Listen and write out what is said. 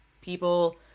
people